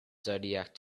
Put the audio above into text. zodiac